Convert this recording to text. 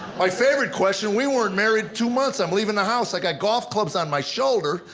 my favorite question, we weren't married two months, i'm leaving the house, i got golf clubs on my shoulder,